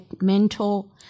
mentor